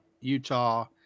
Utah